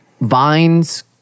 vines